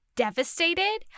devastated